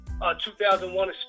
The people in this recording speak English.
2001